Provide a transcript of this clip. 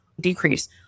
decrease